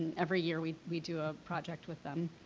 every year we we do a project with them,